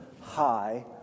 high